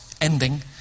ending